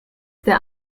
der